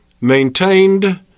maintained